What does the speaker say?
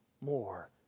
more